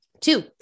Two